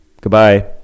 Goodbye